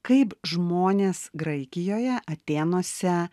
kaip žmonės graikijoje atėnuose